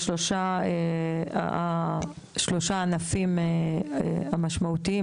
בשלושה הענפים המשמעותיים,